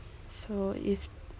so if